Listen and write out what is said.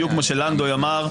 בדיוק כמו שלנדוי אמר,